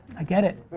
i get it.